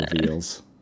reveals